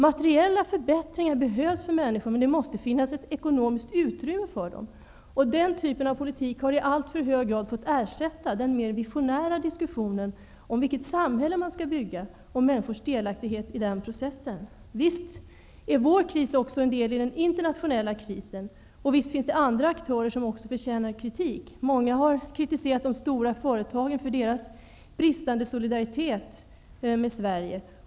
Materiella förbättringar behövs för människor, men det måste finnas ett ekonomiskt utrymme för dem. Den typen av politik har i alltför hög grad fått ersätta den mer visionära diskussionen om vilket samhälle som man skall bygga och människors delaktighet i den processen. Visst är vår kris också en del i den internationella krisen, och visst finns det andra aktörer som också förtjänar kritik. Många har kritiserat de stora företagen för deras bristande solidaritet med Sverige.